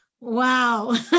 Wow